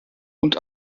und